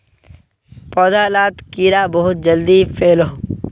पौधा लात कीड़ा बहुत जल्दी फैलोह